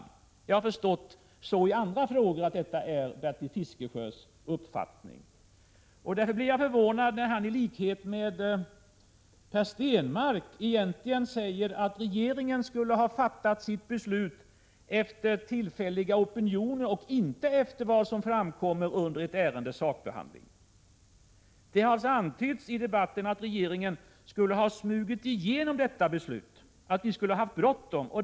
Jag har av andra frågor förstått att detta är Bertil Fiskesjös uppfattning. Därför blev jag förvånad när han, i likhet med Per Stenmarck, egentligen sade att regeringen skulle ha fattat sitt beslut efter tillfälliga opinioner och inte efter vad som framkommit under ärendets sakbehandling. Det har antytts i debatten att regeringen skulle ha smugit igenom detta beslut, att vi skulle ha haft bråttom.